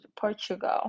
Portugal